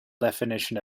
definition